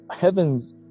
heavens